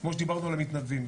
כמו שדיברנו על המתנדבים,